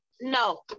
No